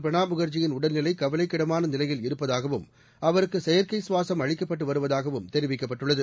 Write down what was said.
பிரணாப் முகர்ஜியின் உடல்நிலை கவலைக்கிடமான நிலையில் இருப்பதாகவும் அவருக்கு செயற்கை சுவாசம் அளிக்கப்பட்டு வருவதாகவும் தெரிவிக்கப்பட்டுள்ளது